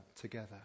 together